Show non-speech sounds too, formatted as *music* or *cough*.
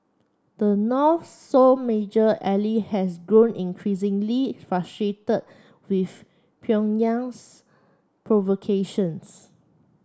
the North sole major ally has grown *unintelligible* with Pyongyang's provocations